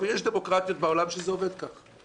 יש דמוקרטיות בעולם שבהן זה עובד כך.